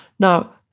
Now